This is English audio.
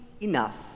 enough